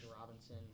Robinson